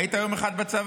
היית יום אחד בצבא?